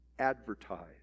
advertise